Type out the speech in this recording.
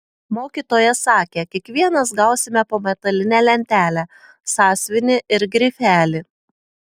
mokytoja sakė kiekvienas gausime po metalinę lentelę sąsiuvinį ir grifelį